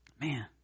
man